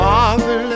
Father